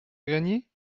grelier